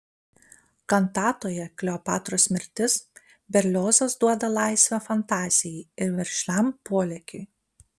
kantatoje kleopatros mirtis berliozas duoda laisvę fantazijai ir veržliam polėkiui